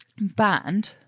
banned